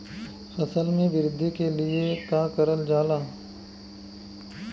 फसल मे वृद्धि के लिए का करल जाला?